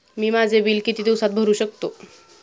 मी माझे बिल किती दिवसांत भरू शकतो?